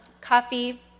coffee